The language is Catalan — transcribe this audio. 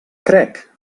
crec